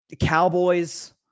Cowboys